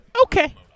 Okay